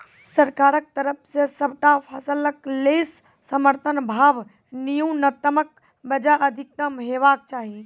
सरकारक तरफ सॅ सबटा फसलक लेल समर्थन भाव न्यूनतमक बजाय अधिकतम हेवाक चाही?